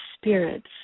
spirit's